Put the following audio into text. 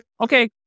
Okay